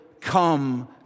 come